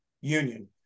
Union